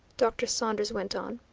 dr. saunders went on,